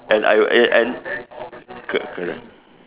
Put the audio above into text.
and I and and correct